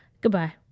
Goodbye